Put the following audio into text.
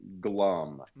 glum